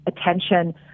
attention